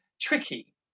tricky